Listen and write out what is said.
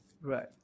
Right